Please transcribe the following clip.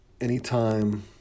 anytime